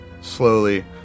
slowly